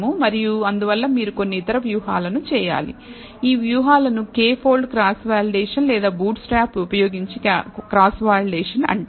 మరియు అందువల్ల మీరు కొన్ని ఇతర వ్యూహాలను చేయాలి ఈ వ్యూహాలు ను k పోల్డ్ క్రాస్ వాలిడేషన్ లేదా బూట్స్ట్రాప్ ఉపయోగించి క్రాస్ వాలిడేషన్ అంటారు